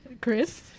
Chris